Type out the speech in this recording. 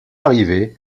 arrivait